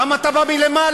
למה אתה בא מלמעלה?